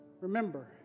Remember